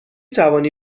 توانی